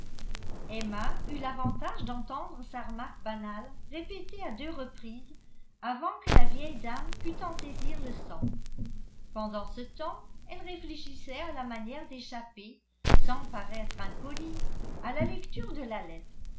emma eut l'avantage d'entendre sa remarque banale répétée à deux reprises avant que la vieille dame pût en saisir le sens pendant ce temps elle réfléchissait à la manière d'échapper sans paraître impolie à la lecture de la lettre